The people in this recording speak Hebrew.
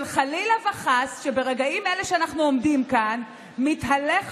שחלילה וחס ברגעים האלה שאנחנו עומדים כאן מתהלך